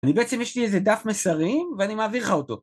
אני בעצם יש לי איזה דף מסרים ואני מעביר לך אותו